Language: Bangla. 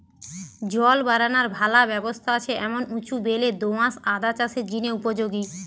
জল বারানার ভালা ব্যবস্থা আছে এমন উঁচু বেলে দো আঁশ আদা চাষের জিনে উপযোগী